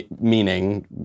meaning